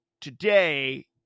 today